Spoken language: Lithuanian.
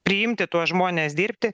priimti tuos žmones dirbti